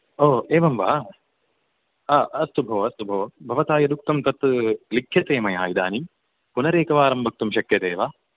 ओ एवं वा हा अस्तु भो अस्तु भो भवता यदुक्तं तद्लिख्यते मया इदानीं पुनरेकवारं वक्तुं शक्यते वा